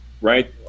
right